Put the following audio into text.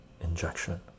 injection